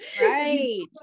Right